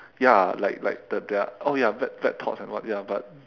ya like like the their oh ya bad bad thoughts and what ya but